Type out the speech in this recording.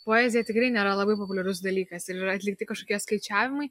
poezija tikrai nėra labai populiarus dalykas ir yra atlikti kažkokie skaičiavimai